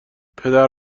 پدر